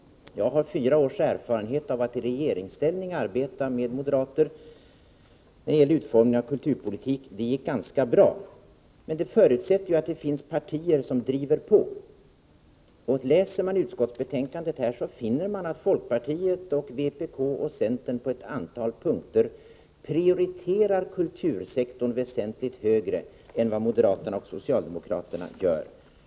Jag har fyra års erfarenhet av att i regeringsställning arbeta med moderater vid utformningen av kulturpolitiken. Det gick ganska bra. Men det förutsätter att det finns partier som driver på. Läser man utskottsbetänkandet, finner man att folkpartiet, vpk och centern på ett antal punkter prioriterar kultursektorn väsentligt högre än vad moderaterna och socialdemokraterna gör.